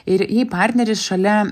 ir jei partneris šalia